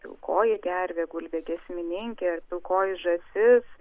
pilkoji gervė gulbė giesmininkė pilkoji žąsis